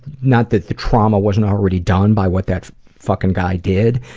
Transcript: not that the trauma wasn't already done by what that fucking guy did,